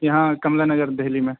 یہاں کملا نگر دہلی میں